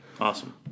Awesome